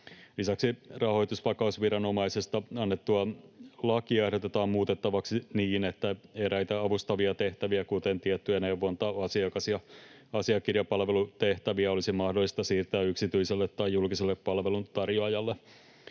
Lisäksi rahoitusvakausviranomaisesta annettua lakia ehdotetaan muutettavaksi niin, että eräitä avustavia tehtäviä, kuten tiettyjä neuvonta-, asiakas- ja asiakirjapalvelutehtäviä olisi mahdollista siirtää yksityiselle tai julkiselle palveluntarjoajalle.